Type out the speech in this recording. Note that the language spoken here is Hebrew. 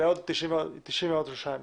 אם